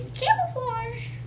camouflage